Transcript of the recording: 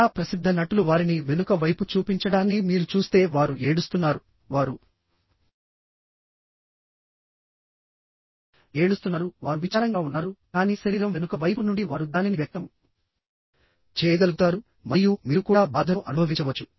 చాలా ప్రసిద్ధ నటులు వారిని వెనుక వైపు చూపించడాన్ని మీరు చూస్తే వారు ఏడుస్తున్నారువారు ఏడుస్తున్నారు వారు విచారంగా ఉన్నారుకానీ శరీరం వెనుక వైపు నుండి వారు దానిని వ్యక్తం చేయగలుగుతారు మరియు మీరు కూడా బాధను అనుభవించవచ్చు